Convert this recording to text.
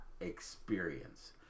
experience